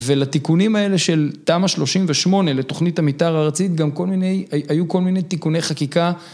ולתיקונים האלה של תמ"א 38, לתוכנית המיתר ארצית, גם כל מיני, היו כל מיני תיקוני חקיקה.